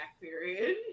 period